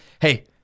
Hey